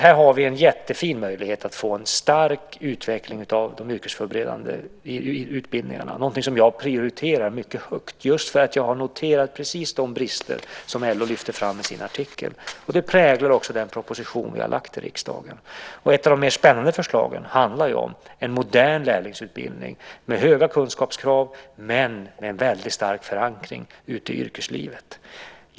Här har vi en jättefin möjlighet att få en stark utveckling av de yrkesförberedande utbildningarna. Det är någonting som jag har prioriterat mycket högt just för att jag har noterat de brister som LO lyfter fram i sin artikel. Det präglar också den proposition vi har lagt fram i riksdagen. Ett av de mer spännande förslagen handlar om en modern lärlingsutbildning med höga kunskapskrav men med väldigt stark förankring ute i yrkeslivet.